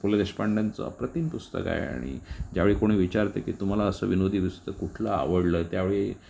पुलं देशपांड्यांचं अप्रतिम पुस्तक आहे आणि ज्यावेळी कोणी विचारतं की तुम्हाला असं विनोदी पुस्तक कुठलं आवडलं त्यावेळी